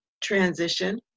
transition